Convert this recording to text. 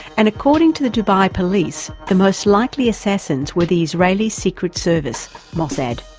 and according to the dubai police, the most likely assassins were the israeli secret service, mossad.